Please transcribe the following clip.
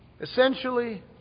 Essentially